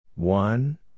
One